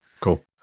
cool